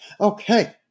Okay